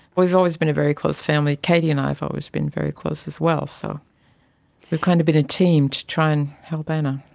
we've always been a very close family. katie and i have always been very close as well, so we've kind of been a team to try and help anna.